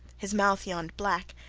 his mouth yawned black,